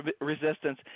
resistance